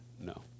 no